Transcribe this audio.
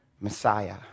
Messiah